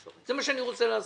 זה מה שאני רוצה לעשות.